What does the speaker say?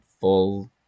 full